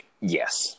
Yes